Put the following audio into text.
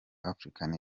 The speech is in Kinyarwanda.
africans